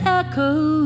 echoes